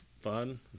fun